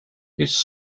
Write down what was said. his